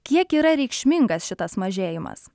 kiek yra reikšmingas šitas mažėjimas